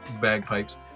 bagpipes